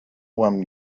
one